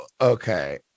okay